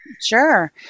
Sure